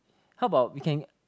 how about we can